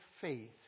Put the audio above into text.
faith